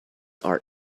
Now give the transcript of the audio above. are